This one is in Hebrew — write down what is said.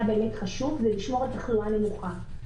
באמת חשוב היה לשמור על תחלואה נמוכה.